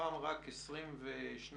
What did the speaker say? עזבי את אלה